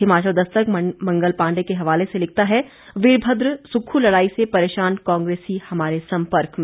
हिमाचल दस्तक मंगल पांडे के हवाले से लिखता है वीरभद्र सुक्खू लड़ाई से परेशान कांग्रेसी हमारे सम्पर्क में